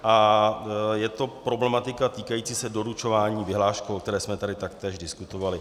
A je to problematika týkající se doručování vyhláškou, o které jsme tady taktéž diskutovali.